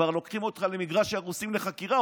שכבר לוקחים אותך למגרש הרוסים לחקירה,